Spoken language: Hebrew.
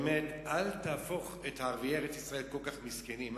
באמת, אל תהפוך את ערביי ארץ-ישראל כל כך מסכנים.